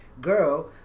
girl